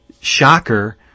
Shocker